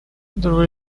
there